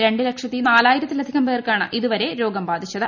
രണ്ട് ലക്ഷത്തി നാലായിരത്തിൽസ്കം പേർക്കാണ് ഇതുവരെ രോഗം ബാധിച്ചത്